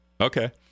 okay